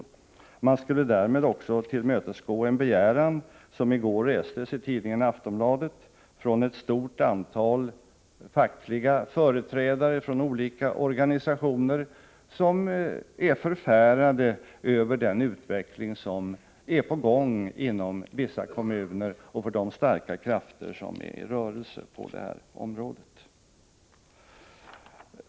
Man skulle därmed också tillmötesgå en begäran som i går restes i tidningen Aftonbladet från ett stort antal fackliga företrädare från olika organisationer som är förfärade över den utveckling som är på gång inom vissa kommuner och de starka krafter som är i rörelse på detta område.